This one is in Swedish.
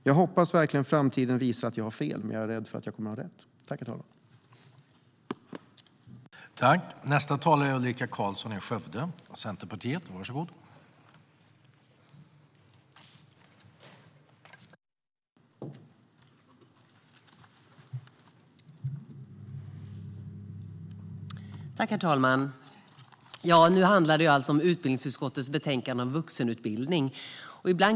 Jag hoppas verkligen att framtiden visar att jag har fel, men jag är rädd för att jag kommer att ha rätt.